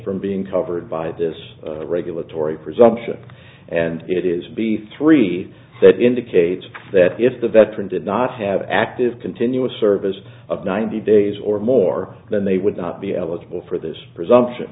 from being covered by this regulatory presumption and it is b three that indicate that if the veteran did not have active continuous service of ninety days or more than they would not be eligible for this presumption